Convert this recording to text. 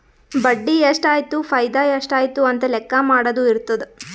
ಬಡ್ಡಿ ಎಷ್ಟ್ ಆಯ್ತು ಫೈದಾ ಎಷ್ಟ್ ಆಯ್ತು ಅಂತ ಲೆಕ್ಕಾ ಮಾಡದು ಇರ್ತುದ್